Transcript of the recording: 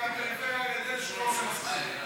והפריפריה אריה דרעי שהוא לא עושה מספיק.